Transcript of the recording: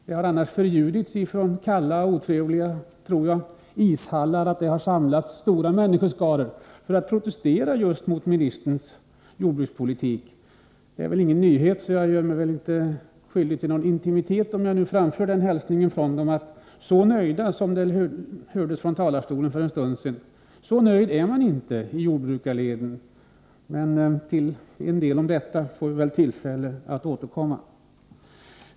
Det har nämligen förljudits att stora människoskaror har samlats i kalla ishallar för att protestera just mot ministerns jordbrukspolitik. Det är ingen nyhet, så jag gör mig nog inte skyldig till indiskretion om jag framför hälsningen från dem, att man i jordbrukarleden inte är så nöjd som det framställdes för en stund sedan här i talarstolen. Till detta får vi säkert tillfälle att återkomma.